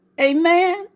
Amen